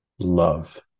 love